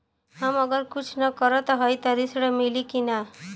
हम अगर कुछ न करत हई त ऋण मिली कि ना?